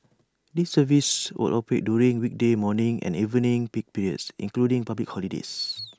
these services will operate during weekday morning and evening peak periods excluding public holidays